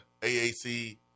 AAC